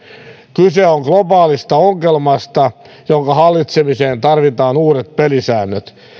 kyse on globaalista ongelmasta jonka hallitsemiseen tarvitaan uudet pelisäännöt